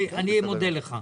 אני מודה לך.